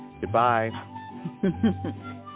Goodbye